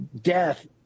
death